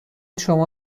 شما